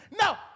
No